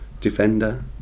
Defender